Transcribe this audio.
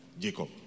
Jacob